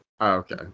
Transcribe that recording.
Okay